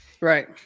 Right